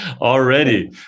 already